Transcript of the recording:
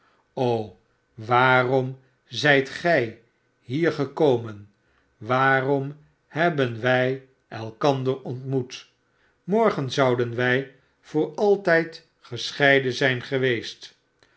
o waarom zijt gij hier gekomen waarom hebben wij elkander ontmoet morgen zouden wij voor altijd gescheiden zijn geweest